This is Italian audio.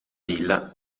villa